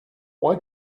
why